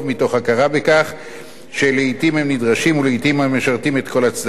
מתוך הכרה בכך שלעתים הם נדרשים ולעתים הם משרתים את כל הצדדים.